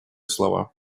слова